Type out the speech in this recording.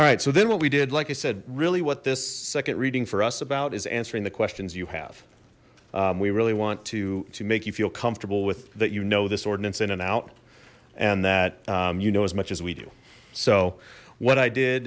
alright so then what we did like i said really what this second reading for us about is answering the questions you have we really want to to make you feel comfortable with that you know this ordinance in and out and that you know as much as we do so what i did